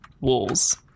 walls